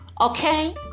Okay